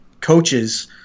coaches